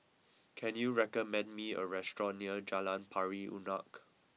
can you recommend me a restaurant near Jalan Pari Unak